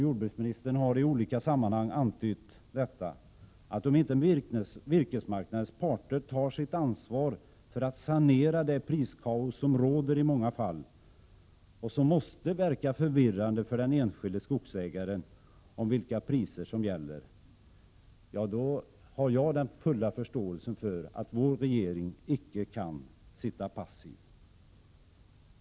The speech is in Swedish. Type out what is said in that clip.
Jordbruksministern har i olika sammanhang antytt att om inte virkesmarknadens parter tar sitt ansvar för att sanera det priskaos som råder i många fall och som måste verka förvirrande för den enskilde skogsägaren om vilka priser som gäller, då kan regeringen inte sitta passiv. Det är någonting som jag har full förståelse för.